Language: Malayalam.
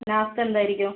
സ്നാക്ക്സ് എന്തായിരിക്കും